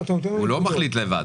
הוא לא מחליט לבד.